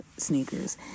sneakers